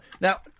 Now